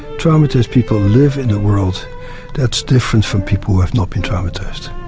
traumatised people live in a world that's different from people who have not been traumatised.